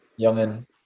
youngin